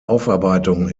aufarbeitung